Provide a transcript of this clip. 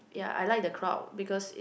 ya I like the crowd because it